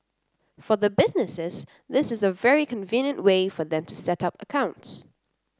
for the businesses this is a very convenient way for them to set up accounts